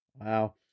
Wow